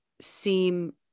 seem